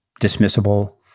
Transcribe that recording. dismissible